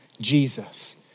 Jesus